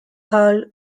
hole